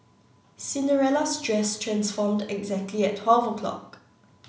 Cinderella's dress transformed exactly at twelve o'clock